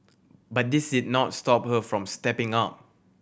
but this did not stop her from stepping up